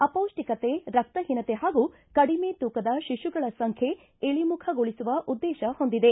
ಅಪೌಷ್ಟಿಕತೆ ರಕ್ತಹೀನತೆ ಹಾಗೂ ಕಡಿಮೆ ತೂಕದ ಶಿಶುಗಳ ಸಂಖ್ಯೆ ಇಳಮುಖಗೊಳಸುವ ಉದ್ದೇಶ ಹೊಂದಿದೆ